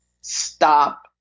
stop